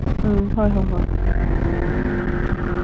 ꯎꯝ ꯍꯣꯏ ꯍꯣꯏ ꯍꯣꯏ ꯎꯝ